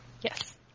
Yes